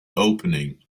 opening